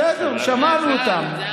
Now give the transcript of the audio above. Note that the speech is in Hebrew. בסדר, שמענו אותם.